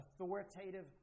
authoritative